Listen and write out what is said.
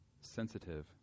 sensitive